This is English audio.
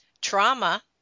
trauma